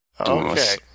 Okay